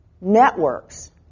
networks